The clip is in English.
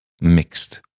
mixed